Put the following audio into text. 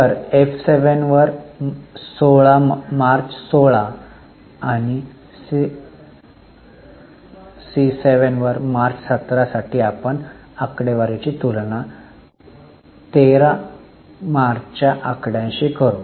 तर एफ 7 वर 16 March C 7 आणि मार्च 17 साठी आपण आकडेवारीची तुलना 13 मार्चच्या आकड्यांशी करू